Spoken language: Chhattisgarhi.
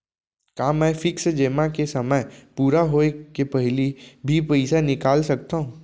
का मैं फिक्स जेमा के समय पूरा होय के पहिली भी पइसा निकाल सकथव?